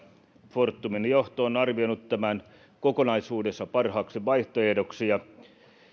fortumin johto on arvioinut tämän kokonaisuudessa parhaaksi vaihtoehdoksi